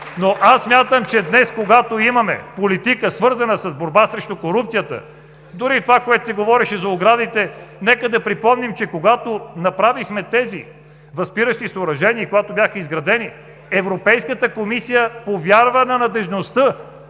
но аз смятам, че днес, когато имаме политика, свързана с борбата срещу корупцията, дори и това, което се говореше за оградите… Нека да припомним, че когато направихме тези възпиращи съоръжения и когато бяха изградени, Европейската комисия повярва на надеждността